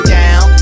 down